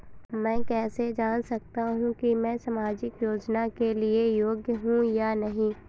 मैं कैसे जान सकता हूँ कि मैं सामाजिक योजना के लिए योग्य हूँ या नहीं?